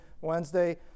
Wednesday